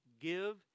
give